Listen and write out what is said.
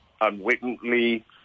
unwittingly